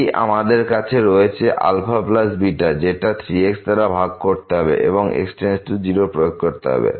এই আমাদের কাছে রয়ে যাচ্ছে αβ যেটাকে 3 x2 দ্বারা ভাগ করতে হবে এবং x→0 প্রয়োগ করতে হবে